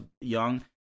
young